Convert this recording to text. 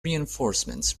reinforcements